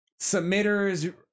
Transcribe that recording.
Submitters